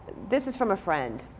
this is from a friend.